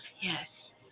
Yes